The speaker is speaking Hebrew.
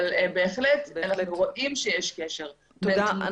אבל בהחלט אנחנו רואים שיש קשר בין תמותה --- תודה.